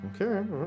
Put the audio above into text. Okay